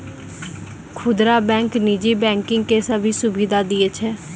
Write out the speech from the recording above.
खुदरा बैंक नीजी बैंकिंग के भी सुविधा दियै छै